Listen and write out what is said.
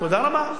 תודה רבה.